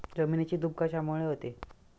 जमिनीची धूप कशामुळे होते?